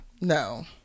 No